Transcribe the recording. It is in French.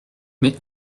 mais